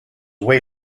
way